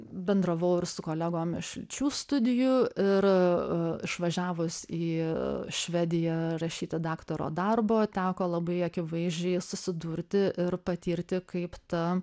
bendravau ir su kolegom iš lyčių studijų ir išvažiavus į švediją rašyti daktaro darbo teko labai akivaizdžiai susidurti ir patirti kaip ta